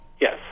yes